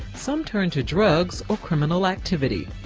some turn to drugs or criminal activity.